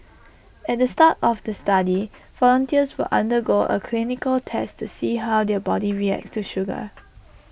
at the start of the study volunteers will undergo A clinical test to see how their body reacts to sugar